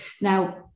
Now